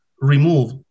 remove